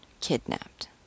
kidnapped